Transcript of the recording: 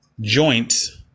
joints